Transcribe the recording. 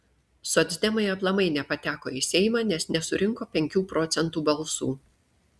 socdemai aplamai nepateko į seimą nes nesurinko penkių procentų balsų